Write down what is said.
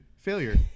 Failure